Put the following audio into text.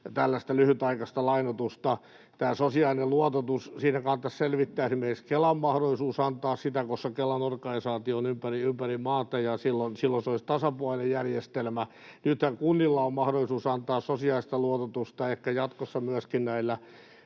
tällaista lyhytaikaista lainoitusta. Tästä sosiaalisesta luototuksesta kannattaisi selvittää esimerkiksi myös Kelan mahdollisuus antaa sitä, koska Kelan organisaatio on ympäri maata ja silloin se olisi tasapuolinen järjestelmä. Nythän kunnilla on mahdollisuus antaa sosiaalista luototusta, ehkä jatkossa myöskin näillä